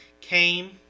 came